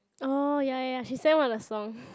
orh ya ya ya she sang one of the song